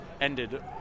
ended